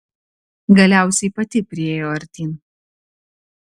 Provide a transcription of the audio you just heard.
galiausiai pati priėjo artyn